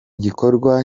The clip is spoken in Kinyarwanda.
gikorwa